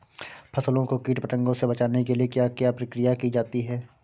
फसलों को कीट पतंगों से बचाने के लिए क्या क्या प्रकिर्या की जाती है?